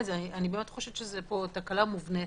זו תקלה מובנית.